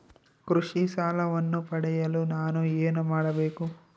ಕೃಷಿ ಸಾಲವನ್ನು ಪಡೆಯಲು ನಾನು ಏನು ಮಾಡಬೇಕು?